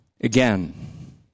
Again